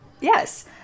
yes